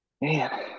Man